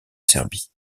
serbie